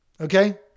Okay